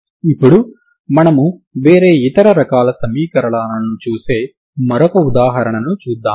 ఇప్పుడు మనము వేరే ఇతర రకాల సమీకరణాలను చూసే మరో ఉదాహరణను చూద్దాము